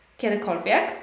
kiedykolwiek